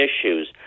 issues